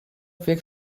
fer